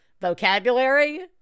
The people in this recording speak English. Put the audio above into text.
vocabulary